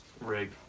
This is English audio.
Rig